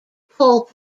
pole